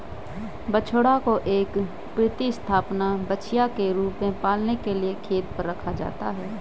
बछड़ा को एक प्रतिस्थापन बछिया के रूप में पालने के लिए खेत पर रखा जाता है